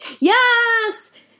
Yes